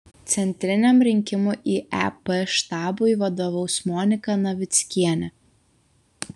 centriniam rinkimų į ep štabui vadovaus monika navickienė